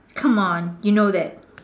come on you know that